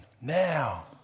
now